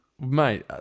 Mate